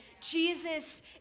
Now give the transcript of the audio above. Jesus